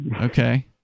Okay